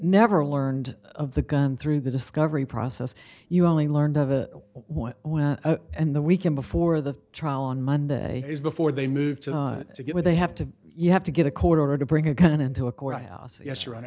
never learned of the gun through the discovery process you only learned of a one and the weekend before the trial on monday before they moved to get where they have to you have to get a court order to bring a gun into a courthouse yes or an